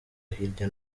hirya